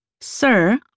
Sir